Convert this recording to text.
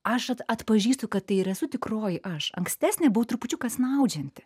aš atpažįstu kad tai ir esu tikroji aš ankstesnė buvau trupučiuką snaudžianti